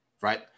right